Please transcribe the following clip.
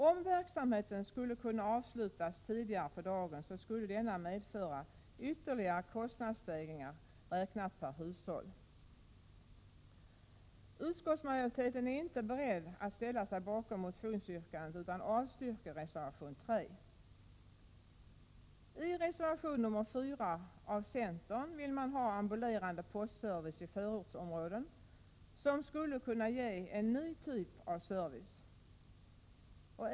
Om verksamheten skulle kunna avslutas tidigare på dagen, skulle denna medföra ytterligare kostnadsstegringar räknat per hushåll. Utskottsmajoriteten är inte beredd att ställa sig bakom motionsyrkandet, utan avstyrker reservation 3. I reservation nr 4 av centern vill man ha ambulerande postservice i förortsområden, som skulle kunna ge en ny typ av service.